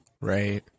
right